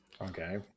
Okay